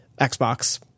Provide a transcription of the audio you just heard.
Xbox